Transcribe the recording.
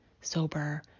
sober